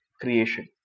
creation